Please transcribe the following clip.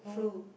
flu